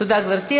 תודה, גברתי.